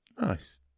Nice